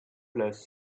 plus